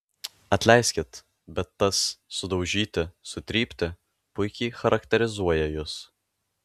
atleiskit bet tas sudaužyti sutrypti puikiai charakterizuoja jus